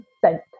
sent